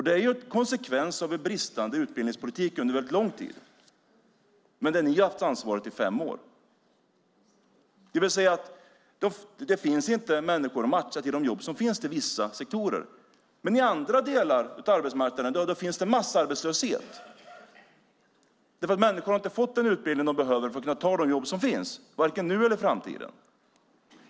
Det är konsekvensen av en bristande utbildningspolitik under lång tid men där ni har haft ansvaret i fem år. Det finns inte människor att matcha till de jobb som finns i vissa sektorer. På andra delar av arbetsmarknaden finns massarbetslöshet därför att människor inte har fått den utbildning de behöver för att kunna ta de jobb som finns, varken nu eller i framtiden.